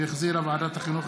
שהחזירה ועדת החינוך,